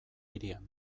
hirian